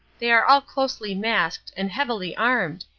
they are all closely masked and heavily armed.